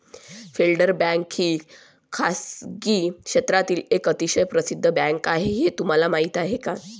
Federal bank ही खासगी क्षेत्रातील एक अतिशय प्रसिद्ध बँक आहे हे तुम्हाला माहीत आहे का?